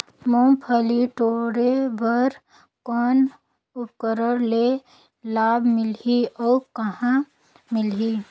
मुंगफली टोरे बर कौन उपकरण ले लाभ मिलही अउ कहाँ मिलही?